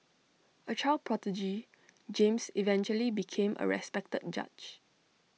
A child prodigy James eventually became A respected judge